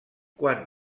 quan